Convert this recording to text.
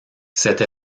cette